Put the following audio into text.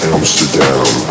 Amsterdam